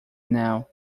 now